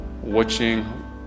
watching